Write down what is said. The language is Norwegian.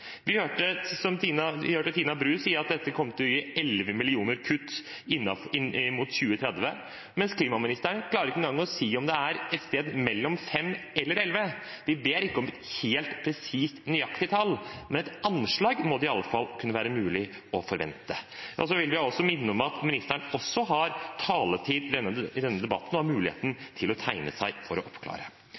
Vi hørte Tina Bru si at dette kom til å gi 11 millioner tonn i kutt inn mot 2030, mens klimaministeren ikke engang klarer å si om det er et sted mellom 5 millioner tonn og 11 millioner tonn. Vi ber ikke om et helt presist, nøyaktig, tall, men et anslag må det i alle fall kunne være mulig å forvente. Jeg vil minne om at også ministeren har taletid i denne debatten, og har mulighet til å tegne seg for å oppklare.